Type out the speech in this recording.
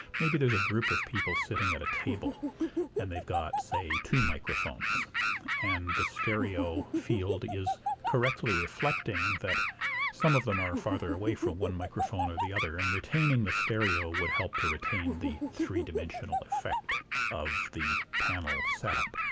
maybe there's a group of people sitting at a table and they've got, say, two microphones and the stereo field is correctly reflecting that some of them are farther away from one microphone or the other and retaining the stereo would help to retain the three-dimensional effect of the panel set up.